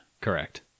Correct